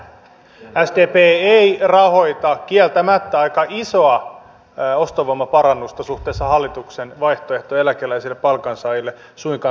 sdp ei rahoita kieltämättä aika isoa ostovoimaparannusta suhteessa hallituksen vaihtoehtoon eläkeläisille ja palkansaajille suinkaan kuntapalveluilla